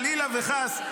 חלילה וחס,